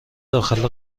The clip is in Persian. داخل